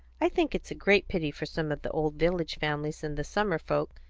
i think it's a great pity for some of the old village families and the summer folks,